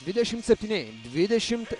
dvidešim septyni dvidešim